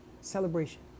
celebration